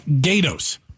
Gatos